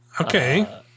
okay